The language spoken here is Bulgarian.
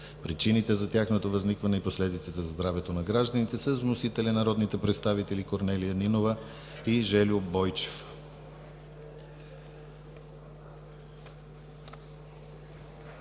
причините за тяхното възникване и последиците за здравето на гражданите. Вносители са народните представители Корнелия Нинова и Жельо Бойчев.